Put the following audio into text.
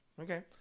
Okay